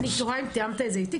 אני תוהה אם תיאמת את זה אתי,